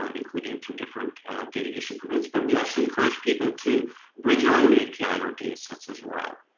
um including two different data use agreements, but we also encourage people to bring your own api or data sets as well.